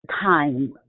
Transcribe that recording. time